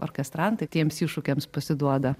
orkestrantai tiems iššūkiams pasiduoda